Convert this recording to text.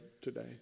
today